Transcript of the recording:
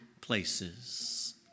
places